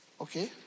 Okay